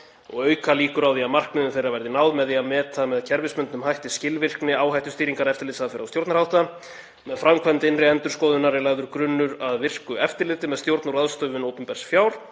og auka líkur á því að markmiðum þeirra verði náð með því að meta með kerfisbundnum hætti skilvirkni áhættustýringar, eftirlitsaðferða og stjórnarhátta. Með framkvæmd innri endurskoðunar er lagður grunnur að virku eftirliti með stjórn og ráðstöfun opinbers